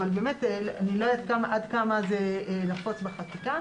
אבל באמת אני לא יודעת עד כמה זה נפוץ בחקיקה.